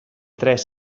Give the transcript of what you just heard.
tres